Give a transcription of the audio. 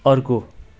अर्को